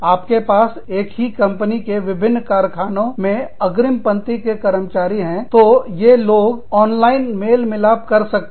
आपके पास एक ही कंपनी के विभिन्न कारखानों में अग्रिम पंक्ति के कर्मचारी हैं तो ये लोग ऑनलाइन मेल मिलाप कर सकते हैं